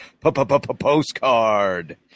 postcard